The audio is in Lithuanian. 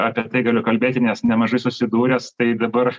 apie tai galiu kalbėti nes nemažai susidūręs tai dabar